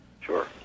Sure